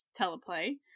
teleplay